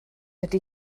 ydy